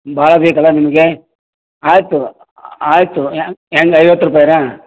ಭಾಳ ಬೇಕಲ್ಲ ನಿಮಗೆ ಆಯಿತು ಆಯಿತು ಹೆಂಗ್ ಹೆಂಗ್ ಐವತ್ತು ರೂಪಾಯ್ರಾ